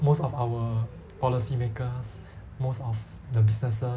most of our policymakers most of the businesses